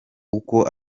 uko